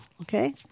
Okay